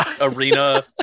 arena